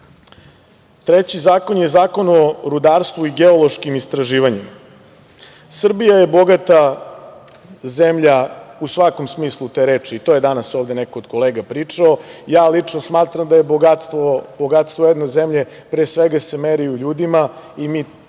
mesto. Treći zakon je Zakon o rudarstvu i geološkim istraživanjima. Srbija je bogata zemlja u svakom smislu te reči, to je danas ovde neko od kolega pričao. Ja lično smatram da se bogatstvo jedne zemlje pre svega meri u ljudima i mi